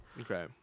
Okay